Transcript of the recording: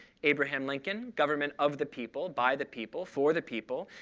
abraham lincoln government of the people, by the people, for the people.